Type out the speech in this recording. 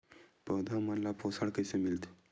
पौधा मन ला पोषण कइसे मिलथे?